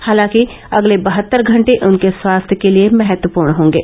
हालांकि अगले बहत्तर घंटे उनके स्वास्थ्य के लिये महत्वपूर्ण होंगे